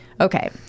Okay